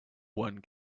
one